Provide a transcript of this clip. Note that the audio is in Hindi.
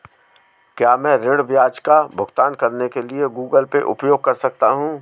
क्या मैं ऋण ब्याज का भुगतान करने के लिए गूगल पे उपयोग कर सकता हूं?